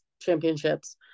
championships